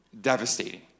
devastating